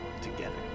together